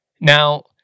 Now